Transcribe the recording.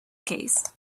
case